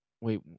Wait